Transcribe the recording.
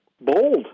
bold